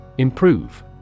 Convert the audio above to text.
Improve